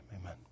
amen